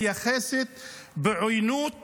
מתייחסת בעוינות